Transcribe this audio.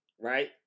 right